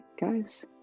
guys